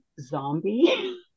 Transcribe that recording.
Zombie